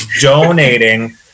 donating